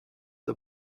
der